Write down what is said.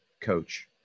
coach